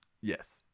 yes